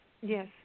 Yes